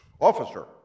officer